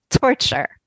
torture